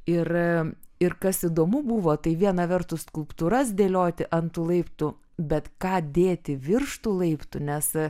ir ir kas įdomu buvo tai viena vertus skulptūras dėlioti ant tų laiptų bet ką dėti virš tų laiptų nes